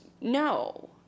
no